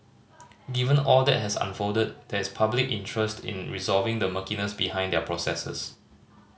given all that has unfolded there is public interest in resolving the murkiness behind their processes